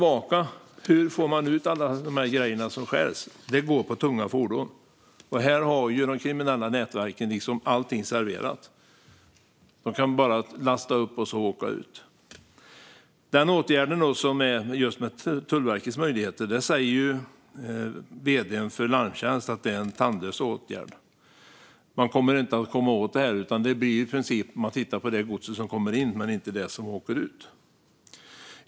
Hur får man då ut alla de grejer som stjäls? De går på tunga fordon. Här har de kriminella nätverken allting serverat. De kan bara lasta upp och åka ut. Åtgärden gällande Tullverkets möjligheter är tandlös, säger vd:n för Larmtjänst. Man kommer inte att komma åt det här, utan det blir i princip så att man tittar på det gods som kommer in men inte på det som åker ut.